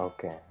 Okay